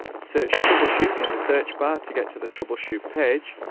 search troubleshoot in the search bar to get to the troubleshoot page.